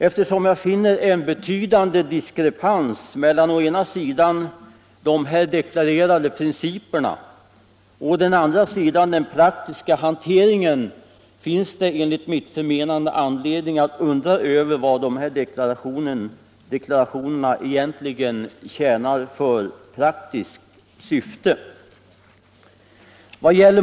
Eftersom jag finner en betydande diskrepans mellan å ena sidan de här deklarerade principerna och å andra sidan den praktiska hanteringen finns det enligt mitt förmenande anledning att undra över vad dessa deklarationer egentligen tjänar för praktiskt syfte.